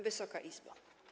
Wysoka Izbo!